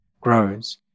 grows